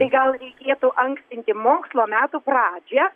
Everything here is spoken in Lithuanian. tai gal reikėtų ankstinti mokslo metų pradžią